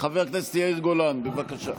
חבר הכנסת יאיר גולן, בבקשה.